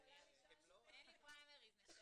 על מחסור בכוח אדם,